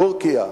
טורקיה.